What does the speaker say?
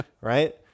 Right